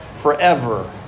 forever